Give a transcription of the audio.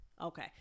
Okay